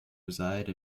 reside